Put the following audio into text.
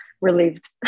relieved